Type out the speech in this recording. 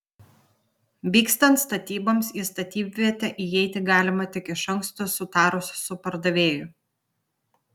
vykstant statyboms į statybvietę įeiti galima tik iš anksto sutarus su pardavėju